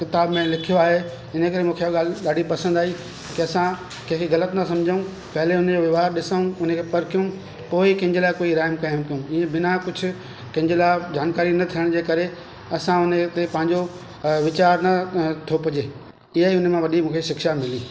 किताब में लिखयो आहे मूंखे इया ॻाल्हि ॾाढी पसंदि आई कंहिंसां कंहिंखे ग़लति न सम्झूं पहले हुनजो व्यवहारु ॾिसूं हुन के परकयूं पोइ ई कंहिंजे लाइ कोई राइ क़ायमु कयूं हीअ बिना कुझु कंहिंजे लाइ जानकारी न थियण जे करे असां हुनजे हुते पंहुंजो वीचारु न थोपजे ईआई हुन में वॾी मुखे शिक्षा मिली